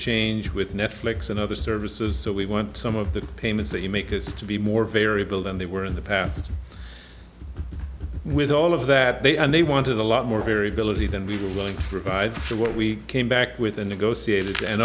change with netflix and other services so we want some of the payments that you make has to be more variable than they were in the past with all of that they and they wanted a lot more variability than we were willing to provide for what we came back with a negotiated and